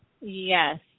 Yes